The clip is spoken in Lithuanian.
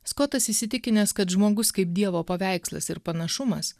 skotas įsitikinęs kad žmogus kaip dievo paveikslas ir panašumas